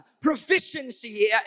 Proficiency